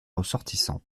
ressortissants